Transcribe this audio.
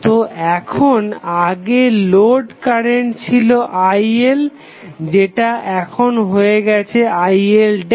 তো এখন আগে লোড কারেন্ট ছিল IL এটা এখন হয়ে গেছে IL'